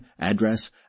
address